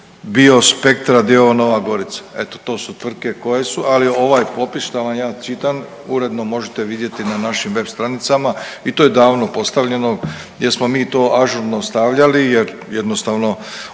Biospektra d.o.o. Nova Gorica, eto to su tvrtke koje su, ali ovaj popis šta vam ja čitam uredno možete vidjeti na našim web stranicama i to je davno postavljeno jer smo mi to ažurno stavljali jer jednostavno osim